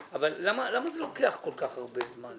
אבל למה זה לוקח כל כך הרבה זמן?